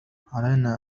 علينا